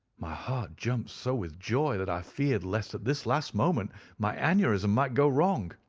my heart jumped so with joy that i feared lest at this last moment my aneurism might go wrong.